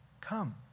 come